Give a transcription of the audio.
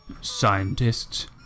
scientists